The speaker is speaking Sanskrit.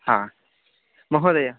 हा महोदय